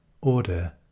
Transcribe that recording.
Order